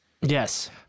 Yes